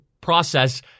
process